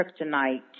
kryptonite